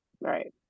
Right